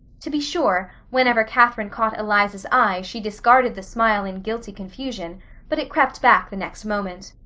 to be sure, whenever catherine caught eliza's eye she discarded the smile in guilty confusion but it crept back the next moment.